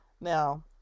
Now